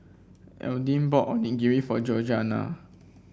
Alden bought Onigiri for Georgianna